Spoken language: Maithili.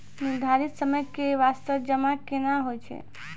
निर्धारित समय के बास्ते जमा केना होय छै?